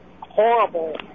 horrible